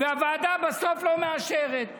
והוועדה בסוף לא מאשרת.